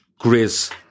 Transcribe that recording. grizz